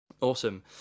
Awesome